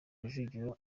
rujugiro